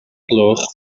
gloch